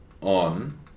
on